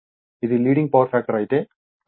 ఇది leading power factor అయితే అది అవుతుంది